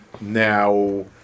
Now